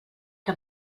que